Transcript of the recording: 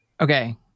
Okay